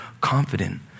confident